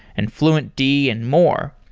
and fluentd and more.